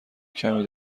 کمی